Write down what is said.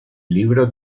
libro